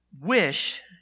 wish